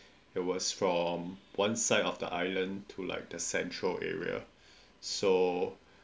it was from one side of the island to like the central area so